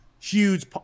huge